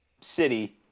city